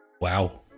Wow